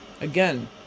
Again